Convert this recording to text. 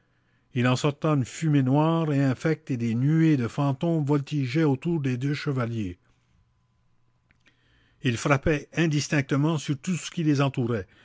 il en sortait une fumée noire et infecte et des nuées de fantômes voltigeaient autour des deux chevaliers ils frappaient indistinctement sur tout ce qui les entourait